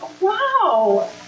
Wow